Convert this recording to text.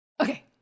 Okay